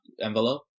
envelope